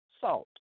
salt